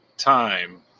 Time